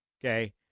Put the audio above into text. okay